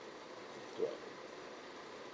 to uh